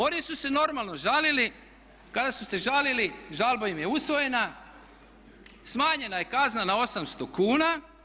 Oni su se normalno žalili, kada su se žalili žalba im je usvojena, smanjena je kazna na 800 kuna.